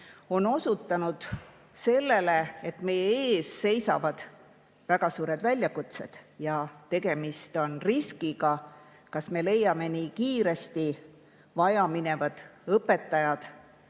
on osutanud sellele, et meie ees seisavad väga suured väljakutsed ja tegemist on riskiga. Kas me nii kiiresti leiame vajaminevad õpetajad